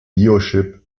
biochip